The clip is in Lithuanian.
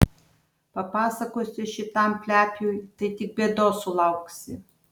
papasakosi šitam plepiui tai tik bėdos sulauksi